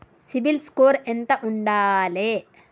CIBIL score ఎంత ఉండాలే?